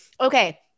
Okay